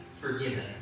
forgiven